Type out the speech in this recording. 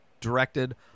directed